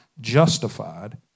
justified